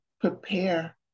prepare